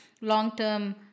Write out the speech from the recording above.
long-term